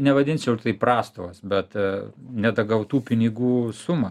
nevadinčiau tai prastovas bet nedagautų pinigų sumą